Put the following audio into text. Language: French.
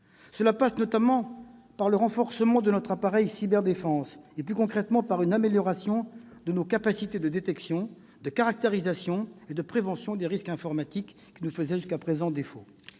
Cela passe notamment par le renforcement de notre arsenal de cyberdéfense et, plus concrètement, par l'amélioration de nos capacités de détection, de caractérisation et de prévention des attaques informatiques, qui nous faisaient jusqu'à présent défaut.